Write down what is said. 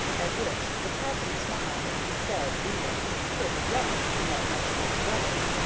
at which the cap'n smiled and said we were consider'ble young to know much about weather,